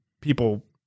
people